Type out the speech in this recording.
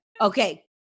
Okay